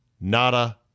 nada